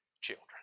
children